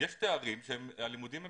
יש תארים שהלימודים הם